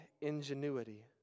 ingenuity